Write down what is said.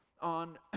on